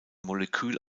molekül